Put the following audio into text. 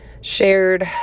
shared